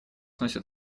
носит